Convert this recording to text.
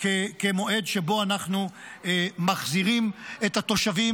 כמועד שבו אנחנו מחזירים את התושבים.